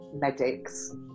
medics